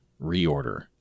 reorder